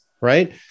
right